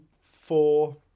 four